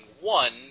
one